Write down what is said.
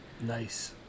nice